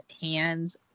hands